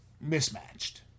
mismatched